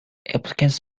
applicants